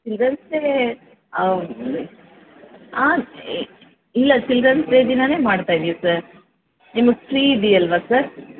children's day ಹಾಂ ಇಲ್ಲ children's day ದಿನವೇ ಮಾಡ್ತಾ ಇದ್ದೀವಿ ಸರ್ ನಿಮ್ಗೆ ಫ್ರೀ ಇದೆಯಲ್ವಾ ಸರ್